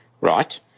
right